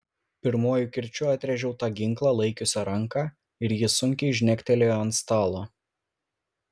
pirmuoju kirčiu atrėžiau tą ginklą laikiusią ranką ir ji sunkiai žnektelėjo ant stalo